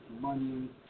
money